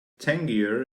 tangier